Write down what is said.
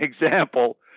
example